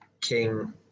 king